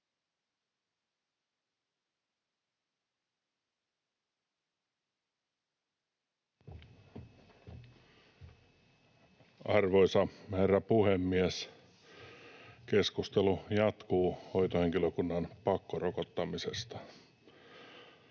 Arvoisa herra puhemies! Keskustelu hoitohenkilökunnan pakkorokottamisesta